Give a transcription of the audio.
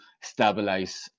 stabilize